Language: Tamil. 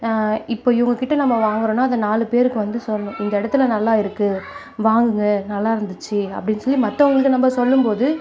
இப்போ இவங்க கிட்ட நம்ம வாங்குறோனால் அதை நாலு பேருக்கு வந்து சொல்லணும் இந்த இடத்துல நல்லா இருக்குது வாங்குங்க நல்லா இருந்துச்சு அப்படின்னு சொல்லி மற்றவங்களுக்கு நம்ம சொல்லும்போது